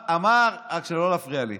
אמר, אמר, אמר, רק שנייה, לא להפריע לי.